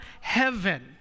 heaven